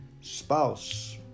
spouse